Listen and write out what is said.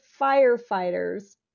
firefighters